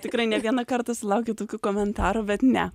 tikrai ne vieną kartą sulaukiau tokių komentarų bet ne